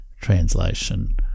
translation